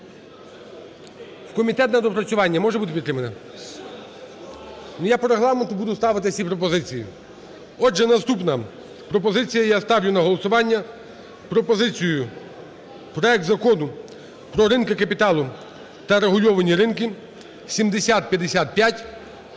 в комітет на доопрацювання, може бути підтримана? Ну, я по Регламенту буду ставити всі пропозиції. Отже, наступна пропозиція. Я ставлю на голосування пропозицію: проект Закону про ринки капіталу та регульовані ринки (7055)